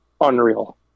unreal